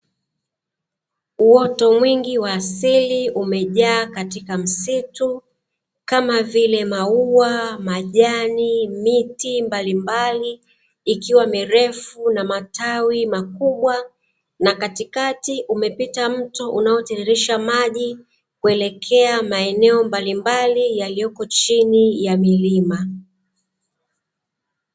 Uoto mwingi wa asili umejaa katika msitu kama vile maua, majani, miti mbalimbali ikiwa mirefu na matawi makubwa, na katikati umepita mto unao tiririsha maji kuelekea maeneo mbalimbali yaliyopo chini ya milima.